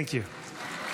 Thank you.